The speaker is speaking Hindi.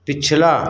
पिछला